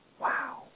Wow